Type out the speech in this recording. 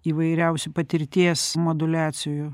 įvairiausių patirties moduliacijų